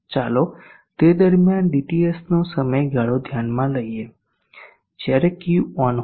ચાલો તે સમય દરમિયાન dTS નો સમયગાળો ધ્યાનમાં લઈએ જ્યારે Q ઓન હોય